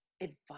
Advice